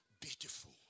Beautiful